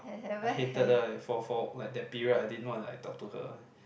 I hated the four four like that period I didn't want to like talk to her